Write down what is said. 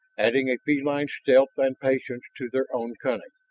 adding a feline stealth and patience to their own cunning.